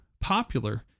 popular